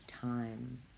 time